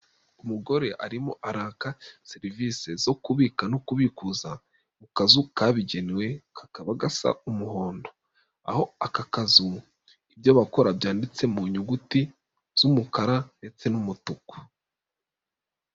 Umugore arimo araka serivisi zo kubika no kubikuza mu kazu kabigenewe kakaba gasa umuhondo. Aho aka kazu ibyo bakora byanditse mu nyuguti z'umukara ndetse n'umutuku.